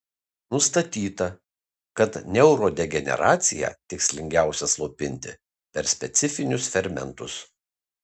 nustatyta kad neurodegeneraciją tikslingiausia slopinti per specifinius fermentus